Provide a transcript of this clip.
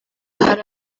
hari